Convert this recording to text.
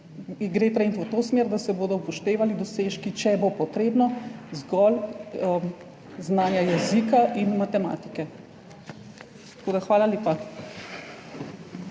gre v to smer, da se bodo upoštevali dosežki, če bo potrebno, zgolj znanja jezika in matematike. Hvala lepa.